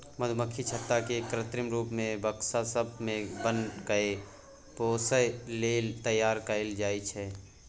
मधुमक्खी छत्ता केँ कृत्रिम रुप सँ बक्सा सब मे बन्न कए पोसय लेल तैयार कयल जाइ छै